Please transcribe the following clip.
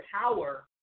power